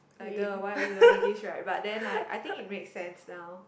like the why are we learning these right but then like I think it makes sense now